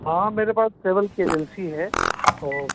हाँ मेरे पास ट्रैवल्स की एजेंसी है तो